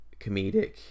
comedic